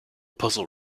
puzzle